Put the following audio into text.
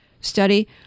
study